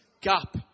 gap